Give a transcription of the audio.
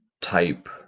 type